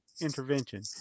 intervention